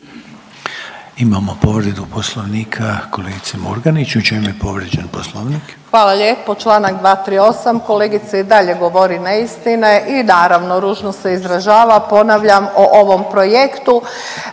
Imamo povredu Poslovnika kolegice Murganić. U čemu je povrijeđen Poslovnik? **Murganić, Nada (HDZ)** Hvala lijepo. Članak 238. kolegica i dalje govori neistine i naravno ružno se izražava, ponavljam o ovom projektu.